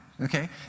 Okay